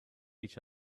each